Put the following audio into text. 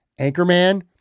Anchorman